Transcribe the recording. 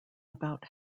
about